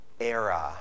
era